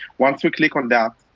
once we click on that,